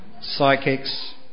Psychics